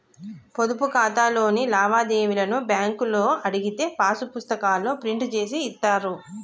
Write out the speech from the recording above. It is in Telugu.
పొదుపు ఖాతాలోని లావాదేవీలను బ్యేంకులో అడిగితే పాసు పుస్తకాల్లో ప్రింట్ జేసి ఇత్తారు